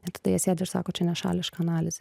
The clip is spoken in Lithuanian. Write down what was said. ir tada jie sėdi ir sako čia nešališka analizė